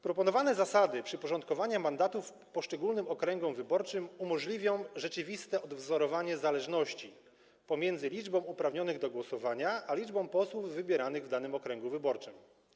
Proponowane zasady przyporządkowania mandatów poszczególnym okręgom wyborczym umożliwią rzeczywiste odwzorowanie zależności pomiędzy liczbą uprawnionych do głosowania a liczbą posłów wybieranych w danym okręgu wyborczym.